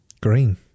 Green